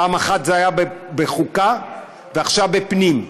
פעם אחת זה היה בחוקה ועכשיו בפנים,